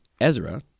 ezra